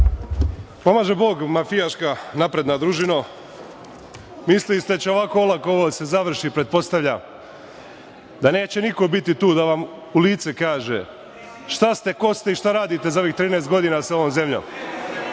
Pomaže Bog, mafijaška napredna družino, mislili ste da će ovako olako da se završi, pretpostavlja da neće niko biti tu da vam u lice kaže šta ste, ko ste i šta radite zadnjih 13 godina sa ovom zemljom. Ako